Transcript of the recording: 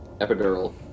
Epidural